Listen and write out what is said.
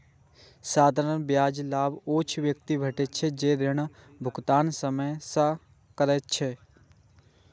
साधारण ब्याजक लाभ ओइ व्यक्ति कें भेटै छै, जे ऋणक भुगतान समय सं करै छै